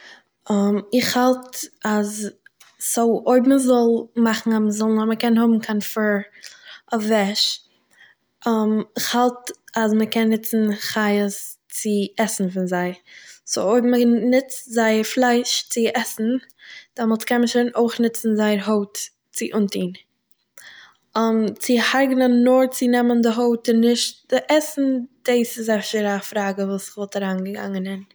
איך האלט אז סו, אויב מ'זאל מאכן אז מ'זאל קענען האבן קיין פארר אויף וועש, איך האלט אז מ'קען ניצן חיות צו עסן פון זיי. סו, אויב מען ניצט זייער פלייש צו עסן דעמאלטס קען מען שוין אויך ניצן זייער הויט צו אנטוהן. צו הרג'ענען נאר צו נעמען די הויט און נישט די עסן - דאס איז אפשר א פראגע וואס איך וואלט אריינגעגאנגען אין